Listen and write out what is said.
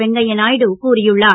வெங்கைய நாயுடு கூறியுள்ளார்